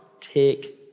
take